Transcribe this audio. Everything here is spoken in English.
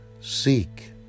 seek